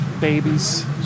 Babies